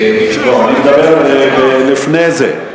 מישהו יכול, לא, אני מדבר על לפני זה.